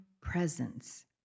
presence